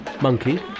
Monkey